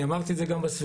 אמרתי את זה גם בסבבים.